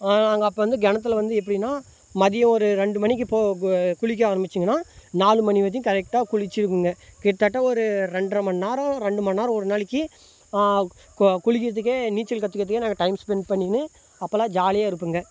அங்கே அப்போ வந்து கிணத்துல வந்து எப்படினால் மதியம் ஒரு ரெண்டு மணிக்கு போ குளிக்க ஆரமிச்சிங்கனா நாலு மணி வரையும் கரெக்ட்டாக குளிச்சிடுங்க கிட்ட தட்ட ஒரு ரெண்ட்ரை மணிநேரம் ரெண்டு மணிநேரம் ஒரு நாளைக்கு குளிக்கிறதுக்கே நீச்சல் கற்றுக்குறதுக்கே நாங்கள் டைம் ஸ்பென்ட் பண்ணின்னு அப்போலாம் ஜாலியாக இருப்பேங்க